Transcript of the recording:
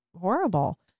horrible